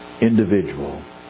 individual